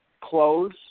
close